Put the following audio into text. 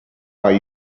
are